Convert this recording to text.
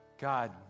God